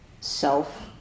self